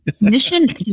mission